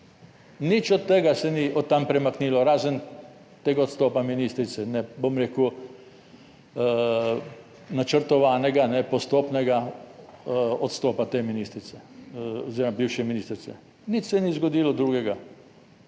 Nič od tega se ni od tam premaknilo, razen tega odstopa ministrice, bom rekel, načrtovanega postopnega odstopa te ministrice oziroma bivše ministrice, nič se ni zgodilo, drugega.